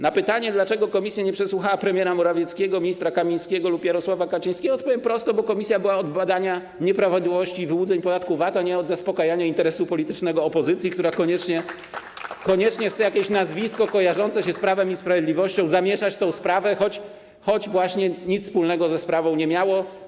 Na pytanie, dlaczego komisja nie przesłuchała premiera Morawieckiego, ministra Kamińskiego lub Jarosława Kaczyńskiego, odpowiem prosto: komisja była od badania nieprawidłowości i wyłudzeń podatku VAT, a nie od zaspokajania interesu politycznego opozycji, która koniecznie chce zamieszać w tę sprawę jakieś nazwisko kojarzące się z Prawem i Sprawiedliwością, choć właśnie nic wspólnego ze sprawą nie miało.